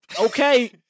okay